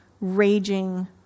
raging